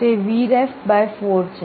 તે Vref 4 છે